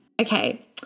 Okay